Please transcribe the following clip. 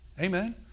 Amen